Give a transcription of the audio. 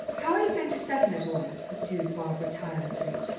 how are you going to settle it all? pursued barbara tirelessly.